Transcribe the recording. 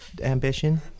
ambition